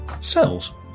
cells